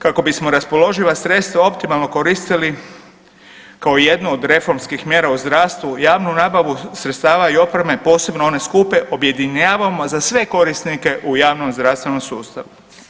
Kako bismo raspoloživa sredstva optimalno koristili kao jednu od reformskih mjera u zdravstvu, javnu nabavu sredstava i opreme, posebno one skupe, objedinjavamo za sve korisnike u javnom zdravstvenom sustavu.